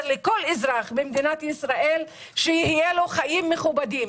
לכל אזרח במדינת ישראל חיים מכובדים.